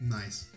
nice